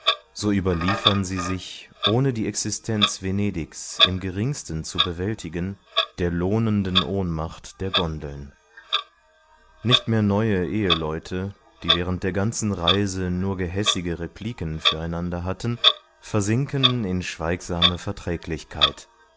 so überliefern sie sich ohne die existenz venedigs im geringsten zu bewältigen der lohnenden ohnmacht der gondeln nicht mehr neue eheleute die während der ganzen reise nur gehässige repliken für einander hatten versinken in schweigsame verträglichkeit